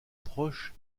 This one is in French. proche